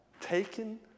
taken